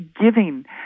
giving